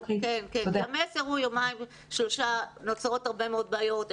שהמסר יאמר שנוצרות הרבה מאוד בעיות,